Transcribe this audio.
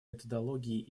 методологии